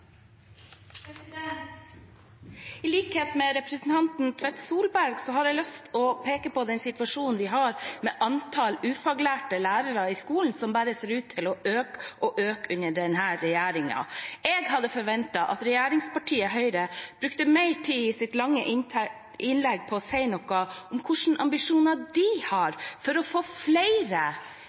I likhet med representanten Tvedt Solberg har jeg lyst til å peke på den situasjonen vi har med antallet ufaglærte lærere i skolen, som bare ser ut til å øke og øke under denne regjeringen. Jeg hadde forventet at representanten fra regjeringspartiet Høyre brukte mer tid i sitt lange innlegg på å si noe om hvilke ambisjoner de har for å få flere